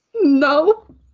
No